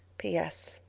p s.